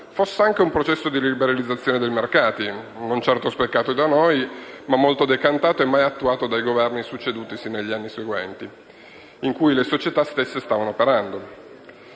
fosse anche un processo di liberalizzazione dei mercati, non certo auspicato da noi, ma molto decantato e mai attuato dai Governi succedutisi negli anni seguenti, in cui le società stesse operavano.